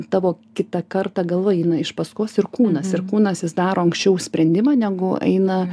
tavo kitą kartą galva eina iš paskos ir kūnas ir kūnas jis daro anksčiau sprendimą negu eina